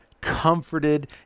comforted